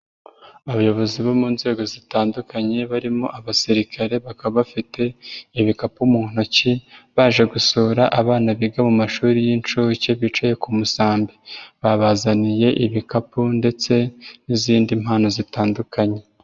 Abayobozi bo mu nzego zitandukanye barimo abasirikare bakaba bafite ibikapu mu ntoki baje gusura abana biga mu mashuri y'inshuke bicaye ku musambi, babazaniye ibikapu ndetse n'izindi mpano zitandukanye.